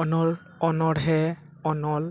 ᱚᱱᱚᱲ ᱚᱱᱚᱬᱦᱮ ᱚᱱᱚᱞ